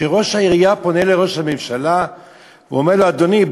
ראש העירייה פונה לראש הממשלה ואומר לו: אדוני,